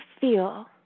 feel